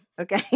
Okay